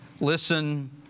listen